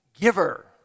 giver